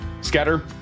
scatter